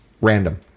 random